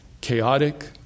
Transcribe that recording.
chaotic